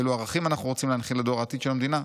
אילו ערכים אנחנו רוצים להנחיל לדור העתיד של המדינה?